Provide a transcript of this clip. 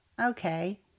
okay